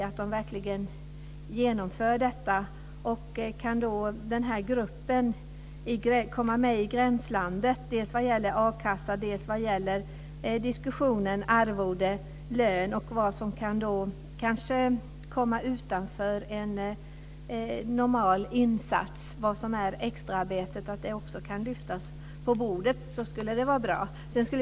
Det skulle vara bra om denna grupp som ligger i gränslandet dels vad gäller a-kassa, dels vad gäller diskussionen om arvode eller lön och dels vad som kan komma utanför en normal insats kan lyftas fram.